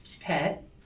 pet